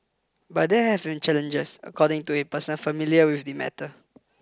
but there have been challenges according to a person familiar with the matter